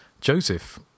Joseph